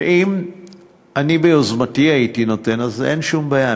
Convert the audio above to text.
שאם אני ביוזמתי הייתי נותן, אז אין שום בעיה.